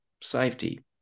safety